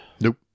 Nope